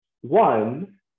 one